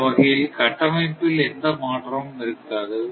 இந்த வகையில் கட்டமைப்பில் எந்த மாற்றமும் இருக்காது